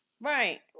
Right